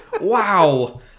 Wow